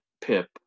Pip